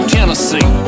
Tennessee